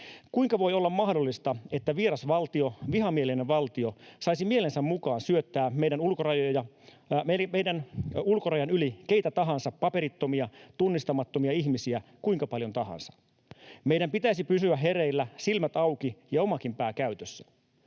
”Kuinka voi olla mahdollista, että vieras valtio, vihamielinen valtio, saisi mielensä mukaan syöttää meidän ulkorajan yli keitä tahansa, paperittomia, tunnistamattomia ihmisiä, kuinka paljon tahansa? Meidän pitäisi pysyä hereillä, silmät auki ja omakin pää käytössä.